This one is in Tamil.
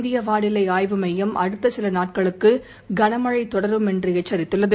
இந்திய வானிலை ஆய்வு மையம் அடுத்த சில நாட்களுக்கு கன மழை தொடரும் என்று எச்சரித்துள்ளது